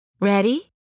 Ready